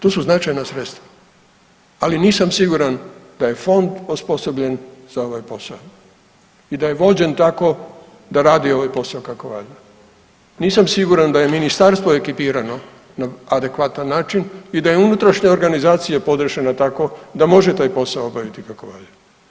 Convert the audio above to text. To su značajna sredstva, ali nisam siguran da je fond osposobljen za ovaj posao i da je vođen tako da radi ovaj posao kako valja, nisam siguran da je ministarstvo ekipirano na adekvatan način i da je unutrašnja organizacija podešena tako da može taj posao obaviti kako valja.